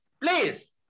Please